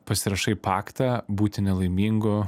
pasirašai paktą būti nelaimingu